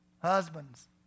Husbands